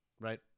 Right